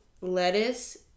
lettuce